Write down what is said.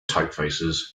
typefaces